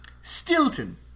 Stilton